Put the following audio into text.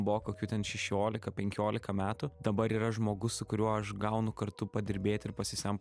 buvo kokių ten šešiolika penkiolika metų dabar yra žmogus su kuriuo aš gaunu kartu padirbėti ir pasisemt